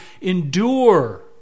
endure